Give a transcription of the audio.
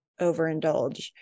overindulge